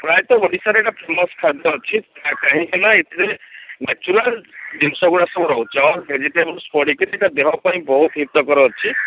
ପ୍ରାୟତଃ ଓଡ଼ିଶାରେ ଏଟା ଫେମସ୍ ଖାଦ୍ୟ ଅଛି କାହିଁକିନା ଏଥିରେ ନ୍ୟାଚୁରାଲ୍ ଜିନିଷ ଗୁଡ଼ାକ ସବୁ ରହୁଛି ଅଲ୍ ଭେଜିଟେବଲ୍ସ ପଡ଼ିକରି ଏଟା ଦେହ ପାଇଁ ବହୁତ ହିତକର ଅଛି